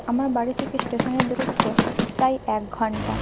আমার বাড়ি থেকে স্টেশনের দূরত্ব প্রায় এক ঘন্টা